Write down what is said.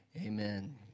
Amen